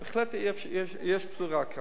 בהחלט יש כאן בשורה.